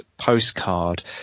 postcard